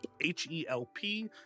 H-E-L-P